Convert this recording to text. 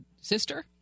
sister